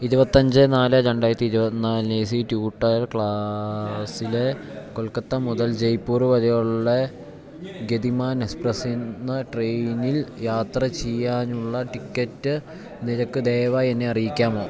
ഇരുപത്തഞ്ച് നാല് രണ്ടായിരത്തി ഇരുപത്തിനാലിന് എ സി ടു ടയർ ക്ലാസിലെ കൊൽക്കത്ത മുതൽ ജയ്പൂർ വരെയുള്ള ഗതിമാൻ എക്സ്പ്രസ്സ് എന്ന ട്രെയിനിൽ യാത്ര ചെയ്യാനുള്ള ടിക്കറ്റ് നിരക്ക് ദയവായി എന്നെ അറിയിക്കാമോ